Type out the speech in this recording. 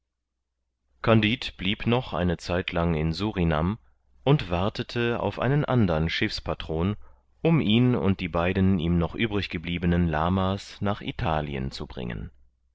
kandid blieb noch eine zeitlang in surinam und wartete auf einen andern schiffspatron um ihn und die beiden ihm noch übrig gebliebenen lama's nach italien zu bringen